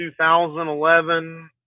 2011